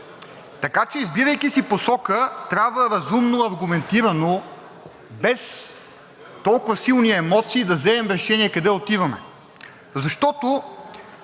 Така че избирайки си посока, трябва разумно, аргументирано, без толкова силни емоции да вземем решение къде отиваме, защото